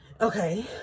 okay